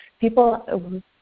People